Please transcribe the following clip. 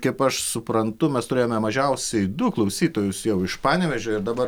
kaip aš suprantu mes turėjome mažiausiai du klausytojus jau iš panevėžio ir dabar